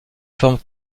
formes